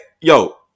yo